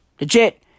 Legit